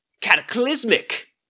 cataclysmic